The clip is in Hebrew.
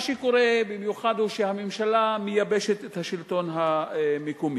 מה שקורה במיוחד הוא שהממשלה מייבשת את השלטון המקומי.